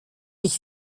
ich